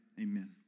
Amen